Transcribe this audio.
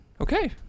Okay